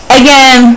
again